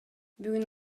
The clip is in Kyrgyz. бүгүн